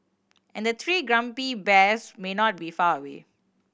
and the three grumpy bears may not be far away